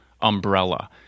umbrella